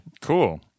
cool